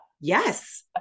Yes